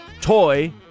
toy